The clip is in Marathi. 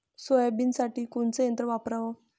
सोयाबीनसाठी कोनचं यंत्र वापरा?